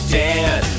dead